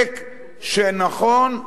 נכון,